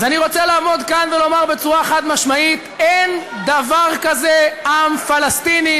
אז אני רוצה לעמוד כאן ולומר בצורה חד-משמעית: אין דבר כזה עם פלסטיני,